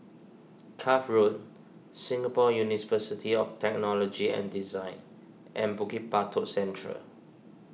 Cuff Road Singapore of Technology and Design and Bukit Batok Central